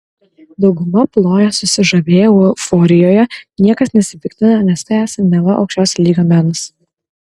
dauguma ploja susižavėję euforijoje niekas nesipiktina nes tai esą neva aukščiausio lygio menas